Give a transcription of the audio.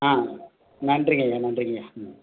ஆ நன்றிங்கய்யா நன்றிங்கய்யா ம்